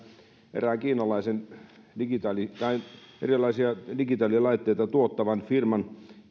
erään kiinalaisen erilaisia digitaalilaitteita tuottavan firman